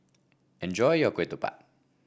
enjoy your Ketupat